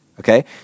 Okay